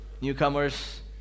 Newcomers